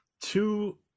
two